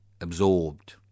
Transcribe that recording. absorbed